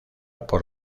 por